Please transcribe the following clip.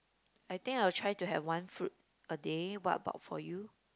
I think I will try to have one fruit a day what about for you